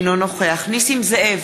אינו נוכח נסים זאב,